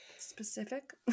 specific